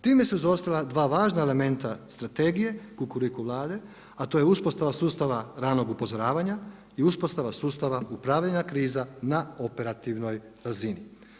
Time su izostala dva važna elementa strategije, Kukuriku Vlade, a to je uspostava sustava ranog upozoravanja i uspostava sustava upravljanja kriza na operativnoj razini.